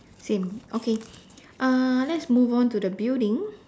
same okay uh let's move on to the building